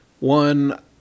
One